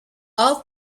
all